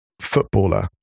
footballer